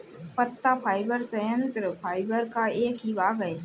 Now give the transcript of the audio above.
पत्ता फाइबर संयंत्र फाइबर का ही एक भाग है